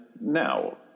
now